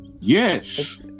Yes